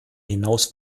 hinaus